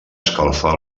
escalfar